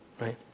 right